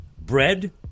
bread